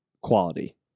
quality